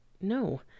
no